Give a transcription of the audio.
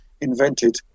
invented